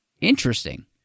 interesting